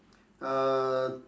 uh